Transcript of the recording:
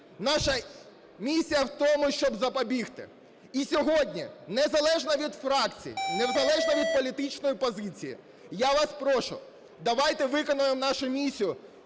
Наша місія в тому, щоб запобігти. І сьогодні незалежно від фракцій, незалежно від політичної позиції я вас прошу, давайте виконаємо нашу місію